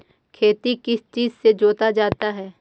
खेती किस चीज से जोता जाता है?